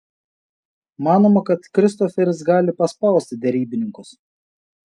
manoma kad kristoferis gali paspausti derybininkus